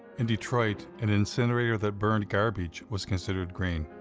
in detroit, an incinerator that burned garbage was considered green.